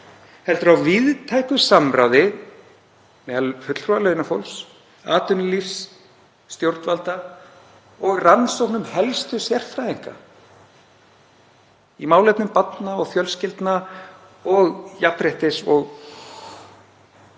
heldur á víðtæku samráði meðal fulltrúa launafólks, atvinnulífs, stjórnvalda og á rannsóknum helstu sérfræðinga í málefnum barna og fjölskyldna og jafnréttis og